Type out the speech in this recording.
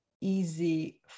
easy